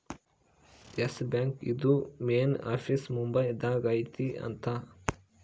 S Bank ಇಂದು main office Mumbai ದಾಗ ಐತಿ ಅಂತ